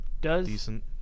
decent